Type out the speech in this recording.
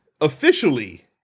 officially